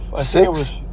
Six